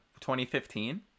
2015